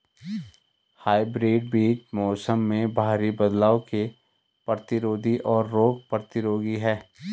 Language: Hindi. हाइब्रिड बीज मौसम में भारी बदलाव के प्रतिरोधी और रोग प्रतिरोधी हैं